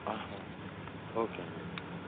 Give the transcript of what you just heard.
ఆహా ఓకే అండీ